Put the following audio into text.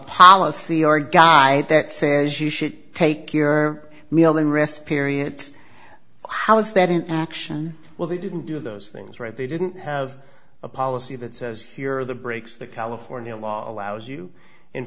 policy or guy that says you should take your meal and rest periods how is that in action well they didn't do those things right they didn't have a policy that says here are the breaks the california law allows you in